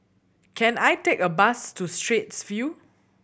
can I take a bus to Straits View